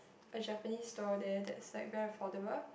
a Japanese store there that's very affordable